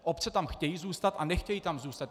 Obce tam chtějí zůstat a nechtějí tam zůstat.